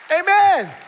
Amen